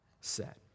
set